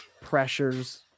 pressures